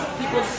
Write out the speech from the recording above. people